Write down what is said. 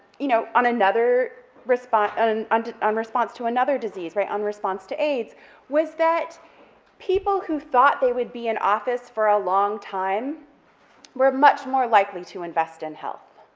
you know, on another response, and and on um response to another disease, right, on response to aids was that people who thought they would be in office for a long time were much more likely to invest in health,